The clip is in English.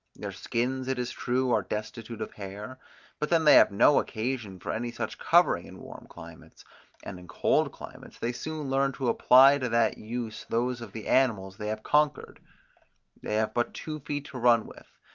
their skins, it is true, are destitute of hair but then they have no occasion for any such covering in warm climates and in cold climates they soon learn to apply to that use those of the animals they have conquered they have but two feet to run with,